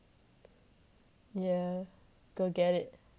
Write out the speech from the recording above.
yeah go get it